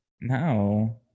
No